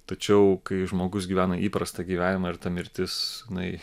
tačiau kai žmogus gyvena įprastą gyvenimą ir ta mirtis jinai